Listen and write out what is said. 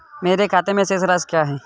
मेरे खाते की शेष राशि क्या है?